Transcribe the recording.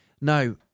Now